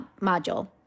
module